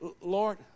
Lord